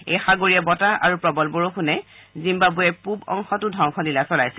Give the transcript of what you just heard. এই সাগৰীয় বতাহ আৰু প্ৰবল বৰষুণে জিম্বাবৱেৰ পূৱ অংশতো ধবংসলীলা চলাইছিল